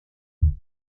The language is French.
metz